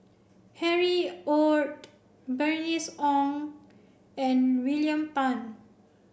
Harry Ord Bernice Wong and William Tan